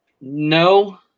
no